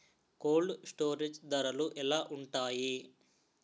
Cold storage ధరలు ఎలా ఉంటాయి?